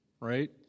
right